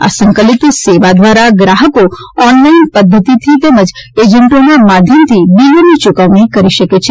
આ સંકલિત સેવા દ્વારા ગ્રાહકો ઓન લાઇન પધ્ધતીથિ તેમજ એજન્ટોના માધ્યમથી બીલોની ચુકવણી કરી શકે છે